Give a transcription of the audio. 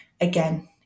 again